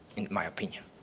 in my opinion.